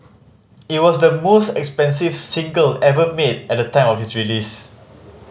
it was the most expensive single ever made at the time of its release